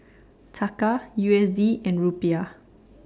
Taka U S D and Rupiah